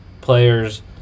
players